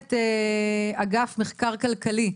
מנהלת אגף מחקר כלכלי.